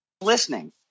listening